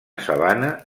sabana